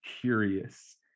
curious